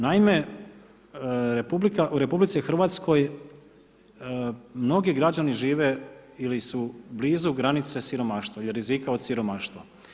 Naime, u RH mnogi građani žive ili su blizu granice siromaštva ili rizika siromaštva.